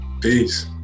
Peace